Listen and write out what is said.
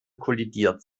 kollidiert